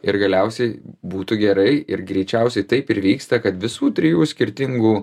ir galiausiai būtų gerai ir greičiausiai taip ir vyksta kad visų trijų skirtingų